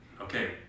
Okay